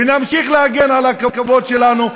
ונמשיך להגן על הכבוד שלנו.